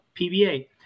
PBA